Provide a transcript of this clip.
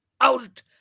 out